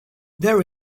there